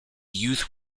youth